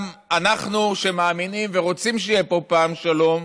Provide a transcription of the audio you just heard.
גם אנחנו, שמאמינים ורוצים שיהיה פה פעם שלום,